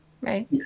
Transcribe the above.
right